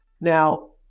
Now